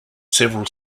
several